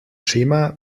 schema